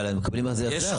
אבל הם מקבלים על זה החזר.